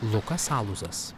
lukas aluzas